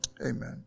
amen